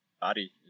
body